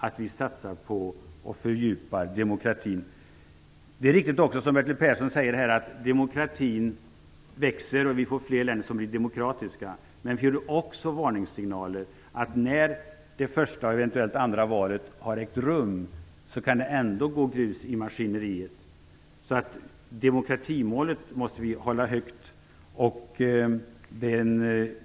Det är också riktigt, som Bertil Persson säger, att demokratin växer och att vi får fler länder som blir demokratiska. Men det finns också varningssignaler om att det kan komma grus i maskineriet även när det första och eventuellt andra valet har ägt rum. Demokratimålet måste vi hålla högt.